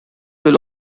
will